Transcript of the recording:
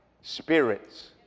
spirits